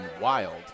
wild